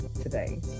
today